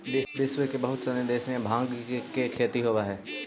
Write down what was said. विश्व के बहुत सनी देश में भाँग के खेती होवऽ हइ